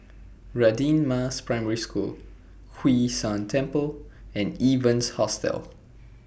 Radin Mas Primary School Hwee San Temple and Evans Hostel